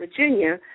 Virginia